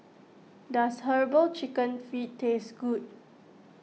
does Herbal Chicken Feet taste good